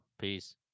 Peace